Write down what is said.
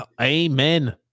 Amen